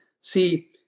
See